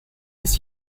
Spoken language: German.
ist